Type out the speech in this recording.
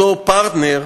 שאותו פרטנר